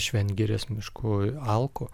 šventgirės mišku ir alku